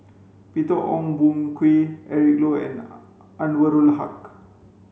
Peter Ong Boon Kwee Eric Low and Anwarul Haque